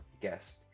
guest